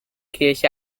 kirche